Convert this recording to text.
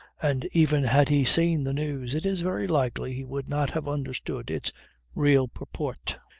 and even had he seen the news it is very likely he would not have understood its real purport.